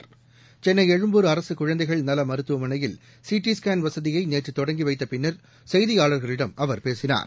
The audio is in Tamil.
ஸ்கேன் சென்னைஎழும்பூர் அரசுகுழந்தைகள் நலமருத்துவமனையில் வசதியைநேற்றுதொடங்கிவைத்தப் பின்னர் செய்தியாளர்களிடம் அவர் பேசினார்